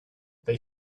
they